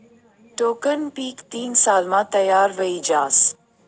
टोक्करनं पीक तीन सालमा तयार व्हयी जास